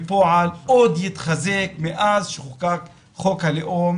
בפועל עוד התחזק מאז שחוקק חוק הלאום